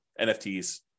NFTs